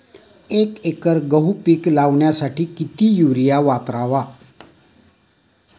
एक एकर गहू पीक लावण्यासाठी किती युरिया वापरावा?